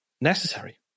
necessary